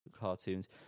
cartoons